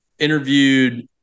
interviewed